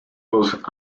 los